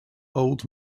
old